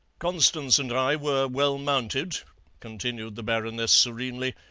constance and i were well mounted continued the baroness serenely,